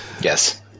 Yes